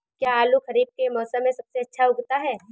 क्या आलू खरीफ के मौसम में सबसे अच्छा उगता है?